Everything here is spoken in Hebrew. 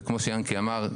וכמו שיענקי אמר,